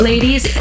Ladies